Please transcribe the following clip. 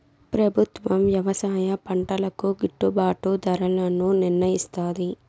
ప్రభుత్వం వ్యవసాయ పంటలకు గిట్టుభాటు ధరలను నిర్ణయిస్తాది